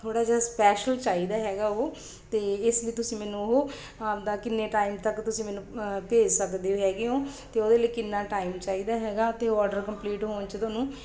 ਥੋੜ੍ਹਾ ਜਿਹਾ ਸਪੈਸ਼ਲ ਚਾਹੀਦਾ ਹੈਗਾ ਉਹ ਅਤੇ ਇਸ ਲਈ ਤੁਸੀਂ ਮੈਨੂੰ ਉਹ ਆਪਣਾ ਕਿੰਨੇ ਟਾਈਮ ਤੱਕ ਤੁਸੀਂ ਮੈਨੂੰ ਭੇਜ ਸਕਦੇ ਹੋ ਹੈਗੇ ਹੋ ਅਤੇ ਉਹਦੇ ਲਈ ਕਿੰਨਾ ਟਾਈਮ ਚਾਹੀਦਾ ਹੈਗਾ ਅਤੇ ਆਰਡਰ ਕੰਪਲੀਟ ਹੋਣ 'ਚ ਤੁਹਾਨੂੰ